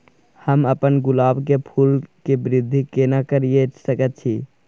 हम अपन गुलाब के फूल के वृद्धि केना करिये सकेत छी?